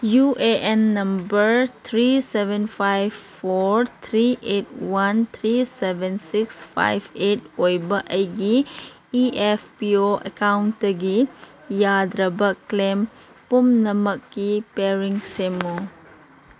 U A N number three seven five four three eight one three seven six five eight ꯑꯣꯏꯕ ꯑꯩꯒꯤ E F P O ꯑꯦꯛꯀꯥꯎꯟꯇꯒꯤ ꯌꯥꯗ꯭ꯔꯕ claim ꯄꯨꯝꯅꯃꯛꯀꯤ ꯄꯔꯤꯡ ꯁꯦꯝꯃꯨ